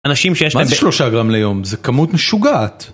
מה זה שלושה גרם ליום? זה כמות משוגעת.